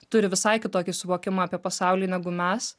turi visai kitokį suvokimą apie pasaulį negu mes